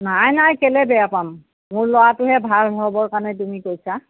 নাই নাই কেলৈ বেয়া পাম মোৰ ল'ৰাটোহে ভাল হ'বৰ কাৰণে তুমি কৈছা